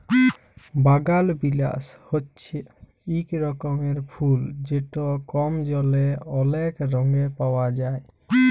বাগালবিলাস হছে ইক রকমের ফুল যেট কম জলে অলেক রঙে পাউয়া যায়